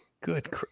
Good